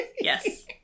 Yes